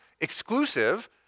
exclusive